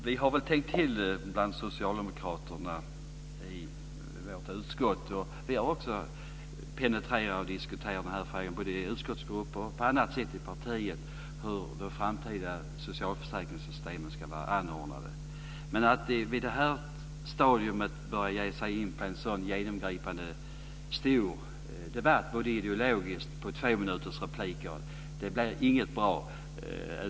Fru talman! Vi har tänkt till bland socialdemokraterna i vårt utskott. Vi har också penetrerat och diskuterat frågan om hur de framtida socialförsäkringssystemen ska vara anordnade, både i utskottsgrupper och på annat sätt i partiet. Men att på detta stadium i tvåminutersrepliker ge sig in i en sådan genomgripande och stor ideologisk debatt är inte bra.